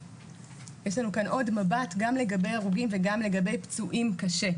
יש לנו כאן עוד מבט גם לגבי הרוגים וגם לגבי פצועים קשה.